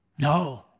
No